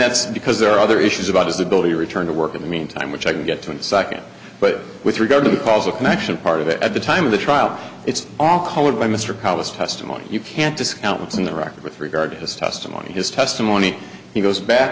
that's because there are other issues about his ability to return to work in the meantime which i can get to in soccer but with regard to the calls a connection part of it at the time of the trial it's all colored by mr colace testimony you can't discount what's in the record with regard to his testimony his testimony he goes back